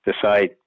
decide